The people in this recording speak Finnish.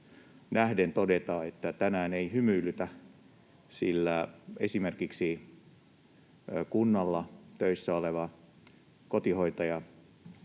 nähden todeta, että tänään ei hymyilytä, sillä esimerkiksi kunnalla töissä oleva kotihoitaja